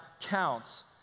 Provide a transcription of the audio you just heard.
counts